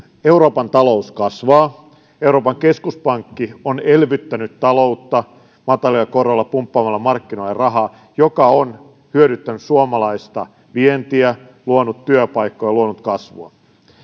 euroopan talous kasvaa euroopan keskuspankki on elvyttänyt taloutta matalilla koroilla pumppaamalla markkinoille rahaa mikä on hyödyttänyt suomalaista vientiä luonut työpaikkoja luonut kasvua